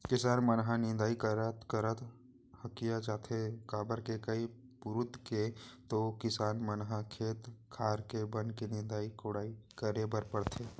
किसान मन ह निंदई करत करत हकिया जाथे काबर के कई पुरूत के तो किसान मन ल खेत खार के बन के निंदई कोड़ई करे बर परथे